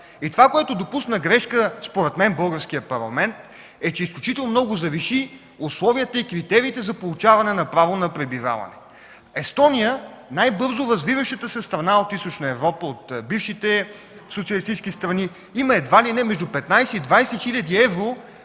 Грешката, която допусна според мен българският парламент, е, че изключително много завиши условията и критериите за получаване на право на пребиваване. Естония – най-бързо развиващата се страна от Източна Европа от бившите социалистически страни, има между 15 и 20 хил. евро